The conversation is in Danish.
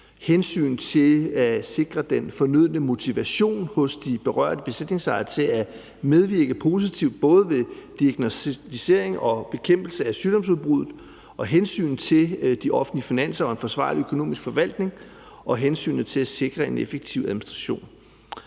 hensynet til at sikre den fornødne motivation hos de berørte besætningsejere til at medvirke positivt både ved diagnosticering og bekæmpelse af sygdomsudbruddet, hensynet til de offentlige finanser og en forsvarlig økonomisk forvaltning og hensynet til at sikre en effektiv administration.